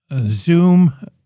Zoom